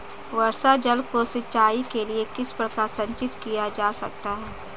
वर्षा जल को सिंचाई के लिए किस प्रकार संचित किया जा सकता है?